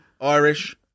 Irish